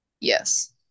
Yes